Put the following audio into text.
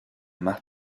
más